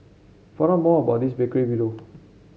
find out more about this bakery below